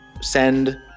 send